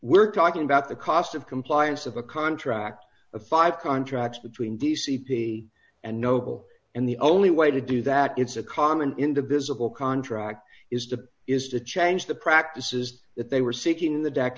we're talking about the cost of compliance of a contract of five dollars contracts between d c p and noble and the only way to do that it's a common in the visible contract is to is to change the practices that they were seeking the deck